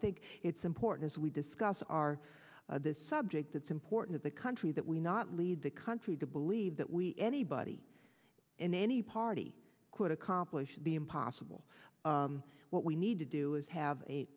think it's important as we discuss our this subject it's important the country that we not lead the country to believe that we anybody in any party could accomplish the impossible what we need to do is have